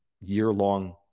year-long